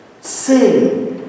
Sing